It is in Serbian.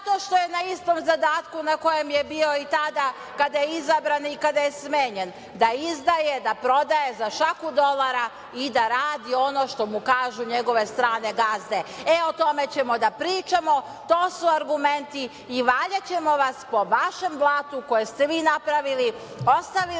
zato što je na istom zadatku na kojem je bio i tada kada je izabran i kada je smenjen, da izdaje, da prodaje za šaku dolara i da radi ono što mu kažu njegove strane gazde.E, o tome ćemo da pričamo. To su argumenti i valjaćemo vas po vašem blatu koje ste vi napravili,